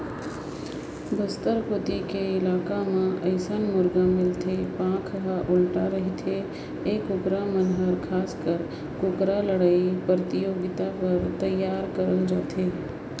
बस्तर कोती कर इलाका म अइसन मुरगा लेखर पांख ह उल्टा रहिथे ए कुकरा मन हर खासकर कुकरा लड़ई परतियोगिता बर तइयार करल जाथे